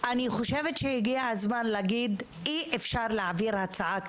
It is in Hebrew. אני חושבת שהגיע הזמן להגיד שאי אפשר להעביר הצעה כזו,